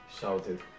shouted